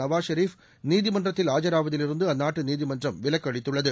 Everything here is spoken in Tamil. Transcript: நவாஸ் ஷெரீப் நீதிமன்றத்தில் நேரில் ஆஜராவதிலிருந்துஅந்நாட்டுநீதிமன்றம் விலக்குஅளித்துள்ளது